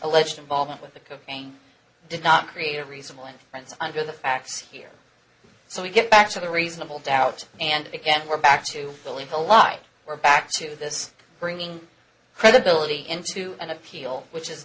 alleged involvement with the gang did not create a reasonable inference under the facts here so we get back to the reasonable doubt and again we're back to believe a lie we're back to this bringing credibility into an appeal which is